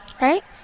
Right